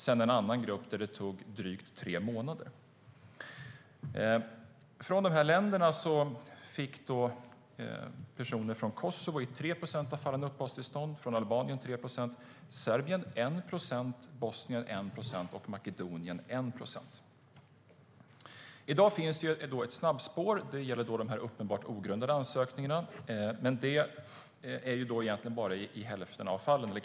I den andra gruppen var handläggningstiden drygt tre månader. Personer från Kosovo fick uppehållstillstånd i 3 procent av fallen, personer från Albanien fick uppehållstillstånd i 3 procent av fallen, personer från Serbien fick uppehållstillstånd i 1 procent av fallen, personer från Bosnien fick uppehållstillstånd i 1 procent av fallen och personer från Makedonien fick uppehållstillstånd i 1 procent av fallen. I dag finns det ett snabbspår, och det gäller uppenbart ogrundade ansökningar, men det rör sig om knappt hälften av fallen.